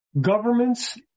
Governments